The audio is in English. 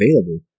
available